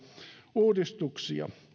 uudistuksia